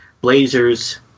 Blazers